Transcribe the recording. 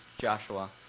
Joshua